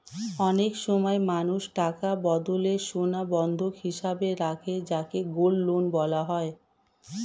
অনেক সময় মানুষ টাকার বদলে সোনা বন্ধক হিসেবে রাখে যাকে গোল্ড লোন বলা হয়